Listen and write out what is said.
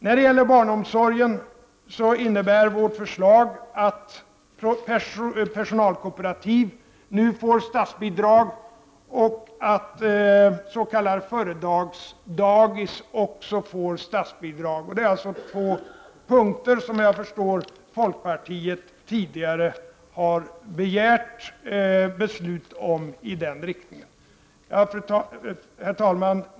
När det gäller barnomsorgen innebär vårt förslag att personalkooperativ nu får statsbidrag och att s.k. företagsdagis också får statsbidrag. Det är alltså två punkter där jag förstår att folkpartiet tidigare begärt beslut i den riktningen. Herr talman!